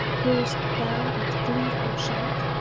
hear'st thou that gleeful shout?